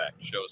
shows